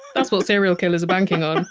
that's what serial killers are banking on